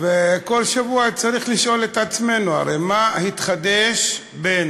וכל שבוע צריך לשאול את עצמנו, הרי, מה התחדש בין